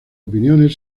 opiniones